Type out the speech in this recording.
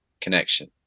Connection